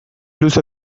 luze